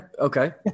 okay